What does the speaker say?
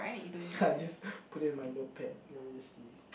ya just put it in my notepad let me just see